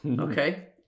okay